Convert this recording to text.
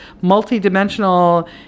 multi-dimensional